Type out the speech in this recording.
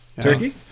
Turkey